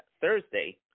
Thursday